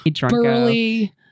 burly